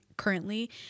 Currently